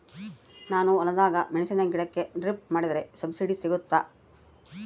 ನಾನು ಹೊಲದಾಗ ಮೆಣಸಿನ ಗಿಡಕ್ಕೆ ಡ್ರಿಪ್ ಮಾಡಿದ್ರೆ ಸಬ್ಸಿಡಿ ಸಿಗುತ್ತಾ?